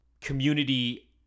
community